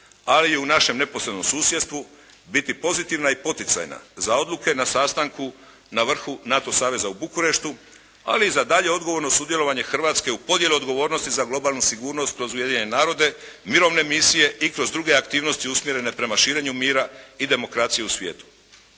a i u našem neposrednom susjedstvu biti pozitivna i poticajna za odluke na sastanku na vrhu NATO saveza u Bukureštu ali i za daljnje odgovorno sudjelovanje Hrvatske u podjeli odgovornosti za globalnu sigurnost kroz Ujedinjene narode, mirovne misije i kroz druge aktivnosti usmjerene prema širenju mira i demokracije u svijetu.